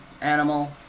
animal